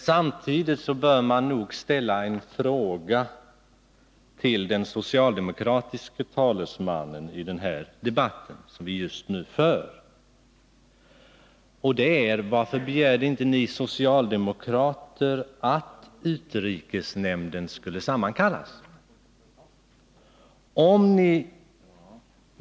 Samtidigt bör man emellertid ställa en fråga till den socialdemokratiske talesmannen i den här debatten, som vi just nu för: Varför begärde inte ni socialdemokrater att utrikesnämnden skulle sammankallas?